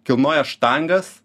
kilnoja štangas